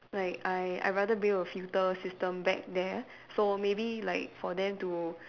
like I I rather bring a filter system back there so maybe like for them to